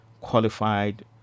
qualified